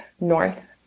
North